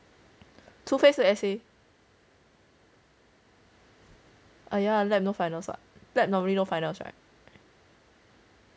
除非是 essay err yeah lab no finals what lab no finals what